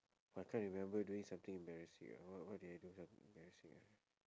I can't remember doing something embarrassing eh what what did I do something embarrassing ah